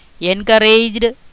encouraged